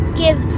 give